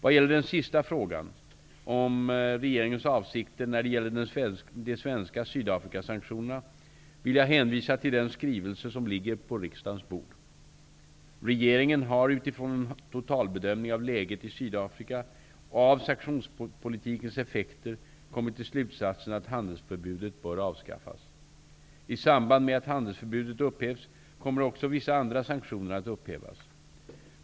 Vad gäller den sista frågan -- om regeringens avsikter när det gäller de svenska Sydafrikasanktionerna -- vill jag hänvisa till den skrivelse som ligger på riksdagens bord. Regeringen har utifrån en totalbedömning av läget i Sydafrika och av sanktionspolitikens effekter kommit till slutsatsen att handelsförbudet bör avskaffas. I samband med att handelsförbudet upphävs kommer också vissa andra sanktioner att upphävas.